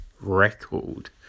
record